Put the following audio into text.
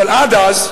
איפה ראש הממשלה?